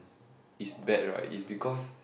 is bad right is because